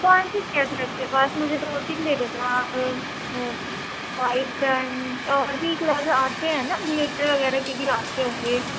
کون سی ٹیپ ہے آپ کے پاس مجھے دو تین دے دیتے آپ وائٹ اینڈ اور بھی کلرز آتے ہیں نا بلیک وغیرہ کے بھی آتے ہوں گے